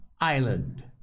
Island